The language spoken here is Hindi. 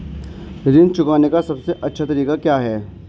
ऋण चुकाने का सबसे अच्छा तरीका क्या है?